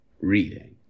reading